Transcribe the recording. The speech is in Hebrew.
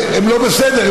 אז הם לא בסדר,